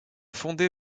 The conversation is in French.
fondé